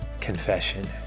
confession